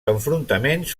enfrontaments